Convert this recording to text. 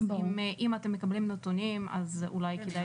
אז אם אתם מקבלים נתונים אז אולי כדאי